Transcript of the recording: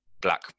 black